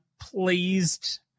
pleased